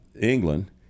England